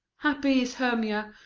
happy is hermia,